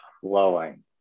flowing